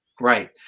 Right